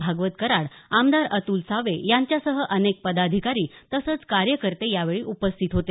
भागवत कराड आमदार अतुल सावे यांच्यासह अनेक पदाधिकारी तसंच कार्यकर्ते यावेळी उपस्थित होते